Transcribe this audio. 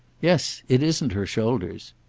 yes, it isn't her shoulders.